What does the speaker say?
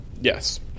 Yes